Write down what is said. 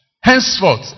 henceforth